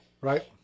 Right